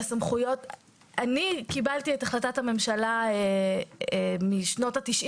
אני קיבלתי את החלטת הממשלה משנות ה-90